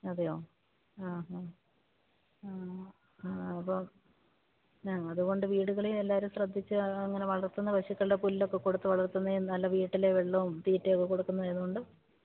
അതെയോ ആഹാ ആ ആവോ ആ അതുകൊണ്ട് വീടുകളിൽനിന്ന് എല്ലാവരും ശ്രദ്ധിച്ച് ഇങ്ങനെ വളർത്തുന്ന പശുക്കളുടെ പുല്ലൊക്കെ കൊടുത്ത് വളർത്തുന്ന നല്ല വീട്ടിലെ വെള്ളവും തീറ്റയൊക്കെ കൊടുക്കുന്നത് ആയതുകൊണ്ട്